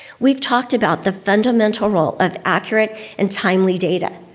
we've talked about the fundamental role of accurate and timely data.